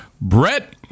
Brett